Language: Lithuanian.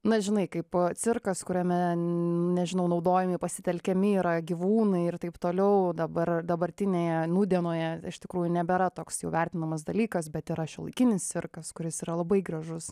na žinai kaip cirkas kuriame nežinau naudojami pasitelkiami yra gyvūnai ir taip toliau dabar dabartinėje nūdienoje iš tikrųjų nebėra toks jau vertinamas dalykas bet yra šiuolaikinis cirkas kuris yra labai gražus